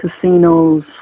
casinos